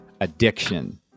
addiction